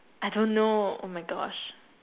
I don't know oh my gosh